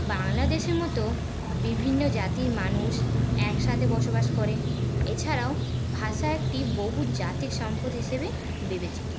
বাংলাদেশের মতো বিভিন্ন জাতির মানুষ একসাথে বসবাস করে এছাড়াও ভাষা একটি বহুজাতিক সম্পদ হিসেবে বিবেচিত